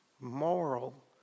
Moral